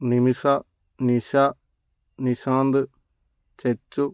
നിമിഷ നിഷ നിഷാന്ത് ചെച്ചു